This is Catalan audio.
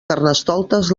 carnestoltes